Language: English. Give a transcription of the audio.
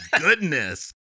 goodness